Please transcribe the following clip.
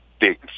big